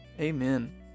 Amen